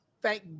Thank